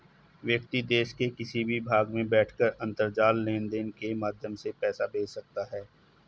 व्यक्ति देश के किसी भी भाग में बैठकर अंतरजाल लेनदेन के माध्यम से पैसा भेज सकता है